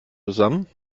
zusammen